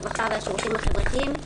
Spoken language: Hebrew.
הרווחה והשירותים החברתיים,